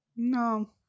No